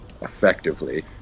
effectively